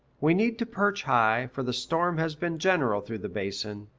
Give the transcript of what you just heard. we need to perch high, for the storm has been general through the basin,